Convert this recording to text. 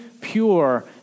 pure